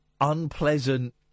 unpleasant